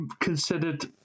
considered